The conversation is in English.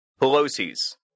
Pelosi's